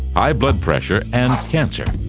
high blood pressure and cancer.